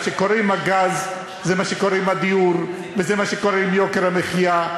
מה שקורה עם הגז זה מה שקורה עם הדיור וזה מה שקורה עם יוקר המחיה,